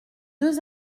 deux